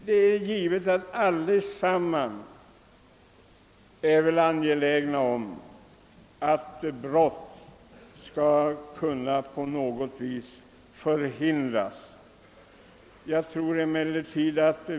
Det är givet att vi alla är ätterna om att brott skall kunna förhindras-på något vis.